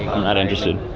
i'm not interested.